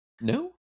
No